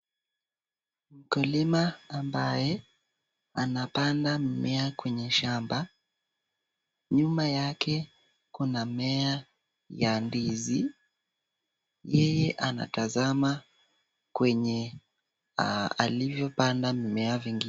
Mkulima ambaye anapanda mimea kwenye shamba . Nyuma yake kuna mmea ya ndizi . Yeye anatazama kwenye alivyopanda mimea vingine.